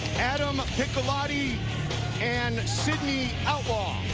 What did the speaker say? adam piccolotti and sidney outlar. ah